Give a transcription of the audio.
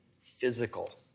physical